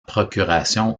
procuration